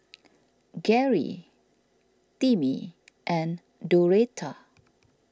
Garey Timmie and Doretta